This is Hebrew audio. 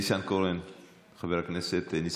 חבר הכנסת ניסנקורן,